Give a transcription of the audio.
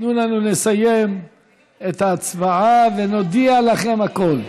תנו לנו לסיים את ההצבעה ונודיע לכם הכול.